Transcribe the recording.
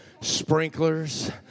sprinklers